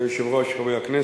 אדוני היושב-ראש, חברי הכנסת,